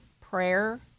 prayer